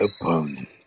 opponent